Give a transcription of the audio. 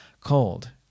cold